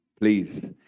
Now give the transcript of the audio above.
Please